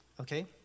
okay